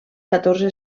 catorze